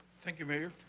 thank you mayor,